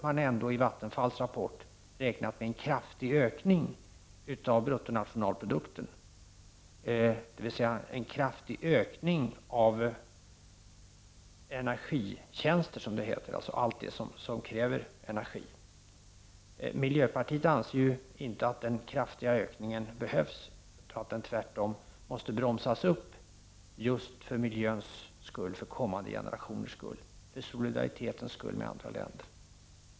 I Vattenfalls rapport har man ändå räknat med en kraftig ökning av bruttonationalprodukten, dvs. en kraftig ökning av energitjänster, som det heter, alltså allt som kräver energi. Miljöpartiet anser inte att denna kraftiga ökning behövs, utan tvärtom måste utvecklingen bromsas just för miljöns skull, för kommande generationers skull och av solidaritet med andra länder.